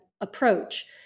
approach